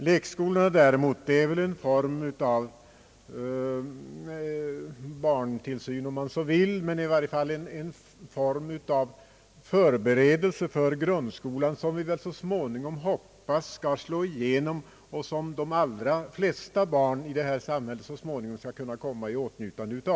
Lekskolorna ger, om man så vill, en form av barntillsyn men också en form av förberedelse för grundskolan. Vi hoppas väl också alla att denna form av förberedande undervisning så småningom skall slå allmänt igenom och att de allra flesta barn i vårt samhälle skall komma i åtnjutande av den.